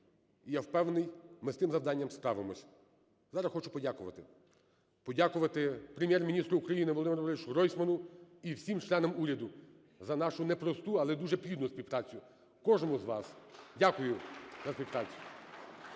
І я впевнений, ми з цим завданням справимося. Зараз хочу подякувати. Подякувати Прем'єр-міністру України Володимиру БорисовичуГройсману і всім членам уряду за нашу непросту, але дуже плідну співпрацю. Кожному з вас. Дякую за співпрацю.